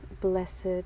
blessed